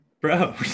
bro